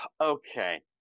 okay